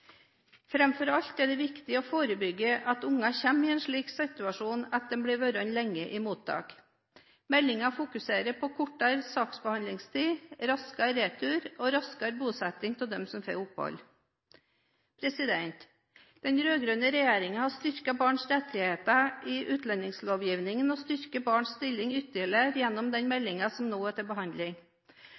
alt er det viktig å forebygge at barn kommer i en slik situasjon at de blir værende lenge i mottak. Meldingen fokuserer på kortere saksbehandlingstid, raskere retur og raskere bosetting av dem som får opphold. Den rød-grønne regjeringen har styrket barns rettigheter i utlendingslovgivningen og styrker barns stilling ytterligere gjennom den meldingen som nå er til behandling.